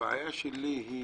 הבעיה שלי היא